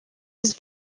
his